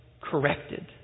corrected